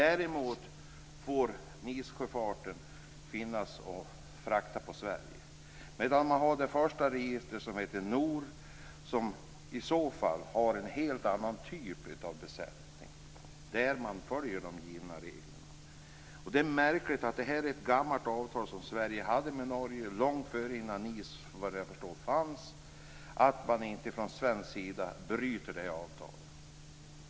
Däremot får NIS-sjöfarten frakta på Sverige. Det första register man hade hette NOR. Enligt det har man en helt annan typ av besättning där man följer de givna reglerna. Det är ett gammalt avtal som Sverige hade med Norge långt innan NIS fanns, såvitt jag förstår. Det är märkligt att man inte från svensk sida bryter det avtalet.